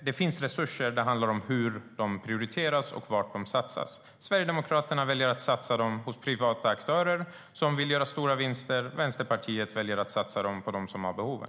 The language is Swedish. Det finns resurser, men det handlar om hur de prioriteras och var de ska satsas. Sverigedemokraterna väljer att satsa dem hos privata aktörer som vill göra stora vinster. Vänsterpartiet väljer att satsa på dem som har behoven.